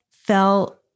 felt